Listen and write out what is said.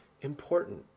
important